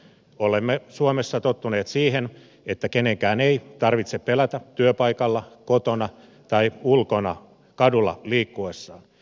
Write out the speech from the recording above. olemme suomessa tottuneet siihen että kenenkään ei tarvitse pelätä työpaikalla kotona tai ulkona kadulla liikkuessaan